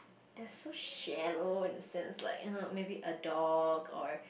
they are so shallow in a sense like uh maybe a dog or